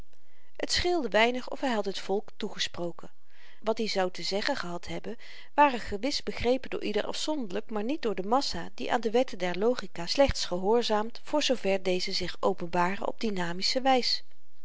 t scheelde weinig of hy had het volk toegesproken wat i zou te zeggen gehad hebben ware gewis begrepen door ieder afzonderlyk maar niet door de massa die aan de wetten der logika slechts gehoorzaamt voor zoo ver deze zich openbaren op dynamische wys